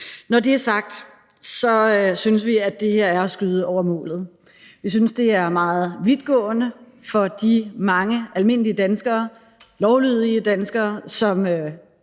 Når det er sagt, synes vi, at det her er at skyde over målet. Vi synes, det er meget vidtgående i forhold til de mange almindelige, lovlydige danskere, som